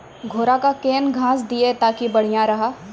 घोड़ा का केन घास दिए ताकि बढ़िया रहा?